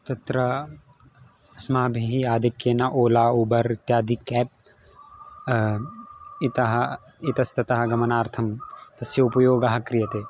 तत्र अस्माभिः आधिक्येन ओला उबर् इत्यादि केब् इतः इतस्ततः गमनार्थं तस्य उपयोगः क्रियते